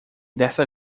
dessa